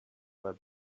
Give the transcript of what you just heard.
web